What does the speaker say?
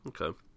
Okay